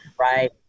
Right